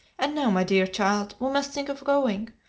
and now, my dear child, we must think of going,